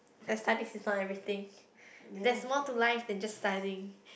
studies is not everything there's more to life than just studying